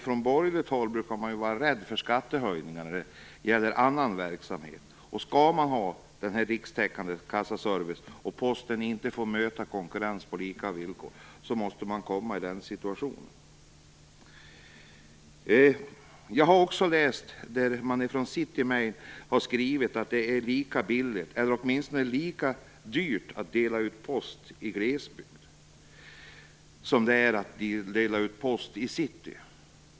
Från borgerligt håll brukar man vara rädd för skattehöjningar när det gäller annan verksamhet. Skall man ha den rikstäckande kassaservicen och Posten inte får möta konkurrens på lika villkor måste man komma i den situationen. Jag har också läst att man från City-Mail har skrivit att det är lika billigt - eller i varje fall lika dyrt - att dela ut post i glesbygd som det är att dela ut post i city.